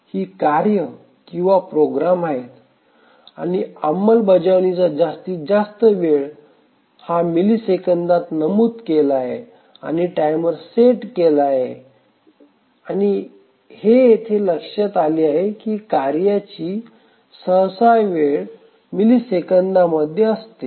ही कार्ये किंवा प्रोग्राम्स आहेत आणि अंमलबजावणीचा जास्तीत जास्त वेळ मिलिसेकंदात नमूद केला आहे आणि टाइमर सेट केला आहे आणि हे येथे लक्षात आले आहे की कार्येची सहसा वेळ मिलिसेकंदमध्ये असतात